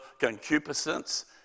concupiscence